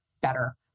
better